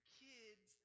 kids